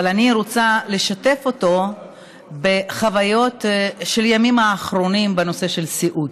אבל אני רוצה לשתף אותו בחוויות של הימים האחרונים בנושא הסיעוד.